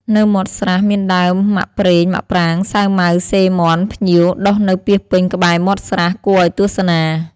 នៅមាត់ស្រះ មានដើមមាក់ប្រេង មាក់ប្រាង សាវម៉ាវ សិរមាន់ ភ្ញៀវ ដុះនៅពាសពេញក្បែរមាត់ស្រះ គួរឲ្យទស្សនា។